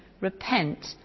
Repent